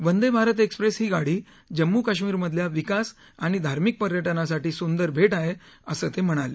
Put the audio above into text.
Vande Bharat Express ही गाडी जम्मू काश्मीरमधल्या विकास आणि धार्मिक पर्यटनासाठी संदर भेट आहे असं ते म्हणाले